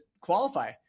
qualify